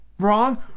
Wrong